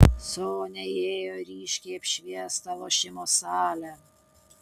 sonia įėjo į ryškiai apšviestą lošimo salę